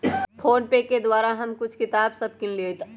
PhonePe के द्वारा हम कुछ किताप सभ किनलियइ